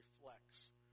reflects